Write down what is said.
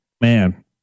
man